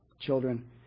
children